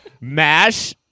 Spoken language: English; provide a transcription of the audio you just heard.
MASH